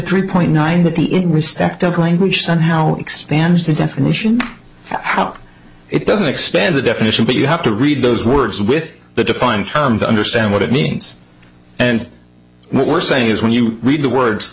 three point nine that the receptive language somehow expands the definition out it doesn't expand the definition but you have to read those words with the defined term to understand what it means and what we're saying is when you read the words